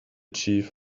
chief